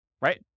right